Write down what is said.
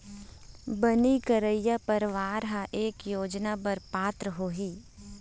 बनी करइया परवार ह ए योजना बर पात्र होही